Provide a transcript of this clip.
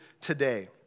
today